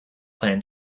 plan